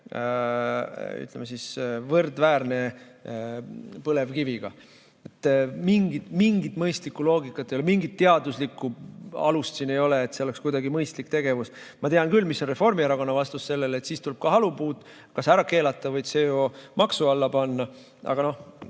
ütleme, võrdväärne põlevkiviga. Mingit mõistlikku loogikat ei ole, mingit teaduslikku alust siin ei ole, et see oleks kuidagi mõistlik tegevus. Ma tean küll, mis on Reformierakonna vastus sellele: siis tuleb halupuud kas ära keelata või CO2maksu alla panna. Nojah.